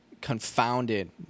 confounded